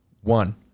one